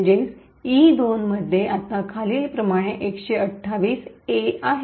म्हणूनच ई२ मध्ये आता खालीलप्रमाणे १२८ A आहेत